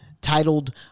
titled